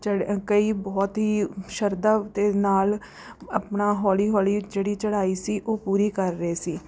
ਚੜ੍ਹਿਆ ਕਈ ਬਹੁਤ ਹੀ ਸ਼ਰਧਾ ਦੇ ਨਾਲ਼ ਆਪਣਾ ਹੌਲੀ ਹੌਲੀ ਜਿਹੜੀ ਚੜ੍ਹਾਈ ਸੀ ਉਹ ਪੂਰੀ ਕਰ ਰਹੇ ਸੀ